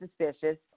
suspicious